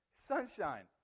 sunshine